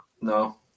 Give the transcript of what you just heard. No